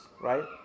right